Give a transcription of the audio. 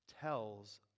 tells